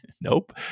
nope